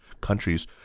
countries